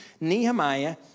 Nehemiah